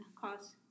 cause